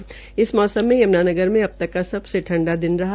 आज इस मौसम मे यम्नानगर मे अबतक का सबसे ठंडा दिन रहा